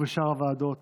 ובשאר הוועדות